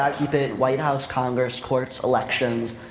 ah did white house, congress, courts, elections,